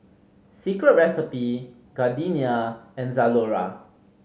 Secret Recipe Gardenia and Zalora